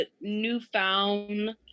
newfound